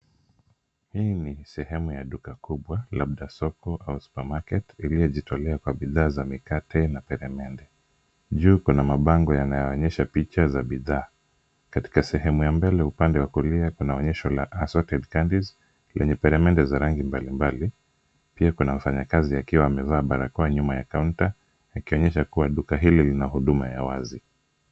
Hii ni sehemu ya duka kubwa labda soko au supermarket iliyojitolea kwa bidhaa za mikate na peremende .Juu kuna mabango yanayoonyesha picha za bidhaa katika sehemu ya mbele upande wa kulia kuna onyesho assorted candies yenye peremende za rangi mbali mbali ,pia kuna mfanyakazi akiwa amevaa barakoa nyuma ya counter ikionyesha pia duka hili nilahuduma la wazi.